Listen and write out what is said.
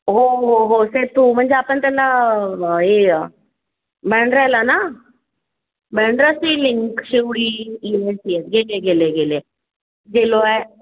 हो हो हो सर तो म्हणजे आपण त्यांना हे बांद्राला ना बांद्रा सिलिंक शेवळी येस येस गेलं आहे गेलं आहे गेलं आहे गेलो आहे